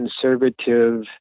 conservative